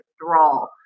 withdrawal